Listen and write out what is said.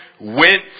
went